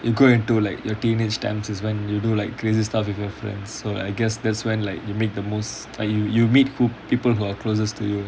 you go into like your teenage times is when you do like crazy stuff with your friends so I guess that's when like you make the most like you you meet people who are closest to you